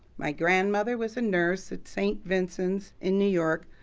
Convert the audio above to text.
my grandmother was a nurse at saint vincent's in new york,